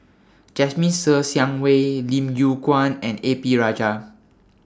Jasmine Ser Xiang Wei Lim Yew Kuan and A P Rajah